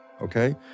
Okay